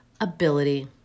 ability